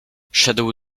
szedł